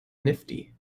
nifty